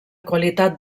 qualitat